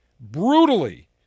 brutally